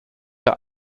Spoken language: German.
der